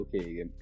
okay